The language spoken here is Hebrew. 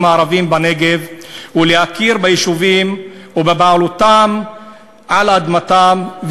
הערבים בנגב ולהכיר ביישובים ובבעלותם על אדמתם,